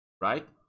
right